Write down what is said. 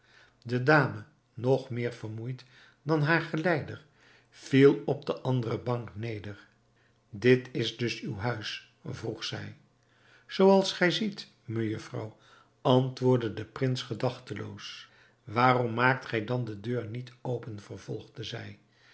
de dame nog meer vermoeid dan haar geleider viel op de andere bank neder dit is dus uw huis vroeg zij zooals gij ziet mejufvrouw antwoordde de prins gedachteloos waarom maakt gij dan de deur niet open vervolgde zij